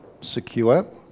secure